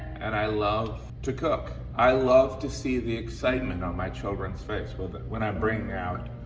and i love to cook. i love to see the excitement on my children's face but but when i bring out